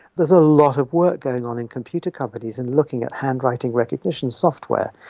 there's a lot of work going on in computer companies in looking at handwriting recognition software.